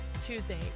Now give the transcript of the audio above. Tuesday